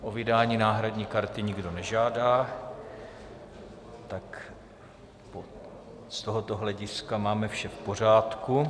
O vydání náhradní karty nikdo nežádá, z tohoto hlediska máme vše v pořádku.